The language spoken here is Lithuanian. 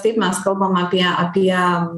taip mes kalbam apie apie